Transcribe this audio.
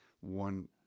one